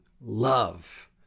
love